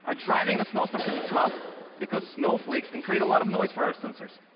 ah driving in a snowstorm can be tough because snowflakes can create a lot of noise for our sensors.